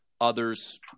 Others